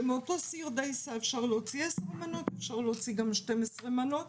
שמאותו סיר דייסה אפשר להוציא עשר מנות ואפשר להוציא גם 12 מנות.